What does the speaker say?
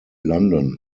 london